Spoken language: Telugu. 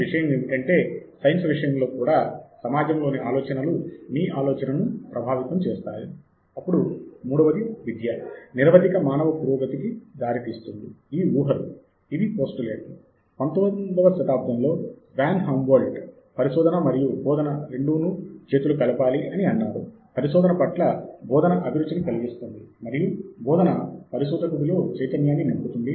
కారణము ఏమిటంటే గూగుల్ అంతర్జాలములో వివిధ ప్రైవేట్ వ్యక్తులకు సంబంధించిన వెబ్సైట్లలో ఉన్న సమాచారాన్ని అందచేస్తుంది